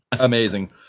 Amazing